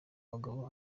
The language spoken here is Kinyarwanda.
bagabo